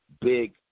Big